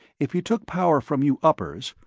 if you took power from you uppers,